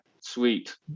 Sweet